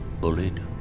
bullied